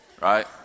right